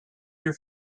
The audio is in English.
your